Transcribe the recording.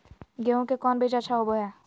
गेंहू के कौन बीज अच्छा होबो हाय?